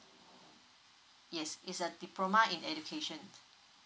yes it's a diploma in education